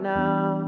now